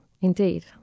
Indeed